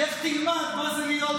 לא בחוץ.